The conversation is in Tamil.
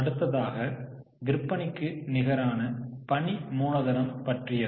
அடுத்ததாக விற்பனைக்கு நிகரான பணி மூலதனம் பற்றியது